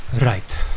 Right